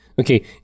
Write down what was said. Okay